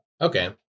Okay